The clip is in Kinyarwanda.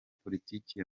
politike